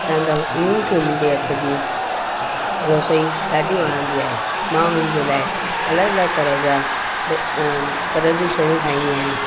छा त उन्हनि खे मुंहिंजे हथ जी रसोई ॾाढी वणंदी आहे मां उन्हनि जे लाइ अलॻि अलॻि तरह जा ॾे तरह जी शयूं ठाहींदी आहियां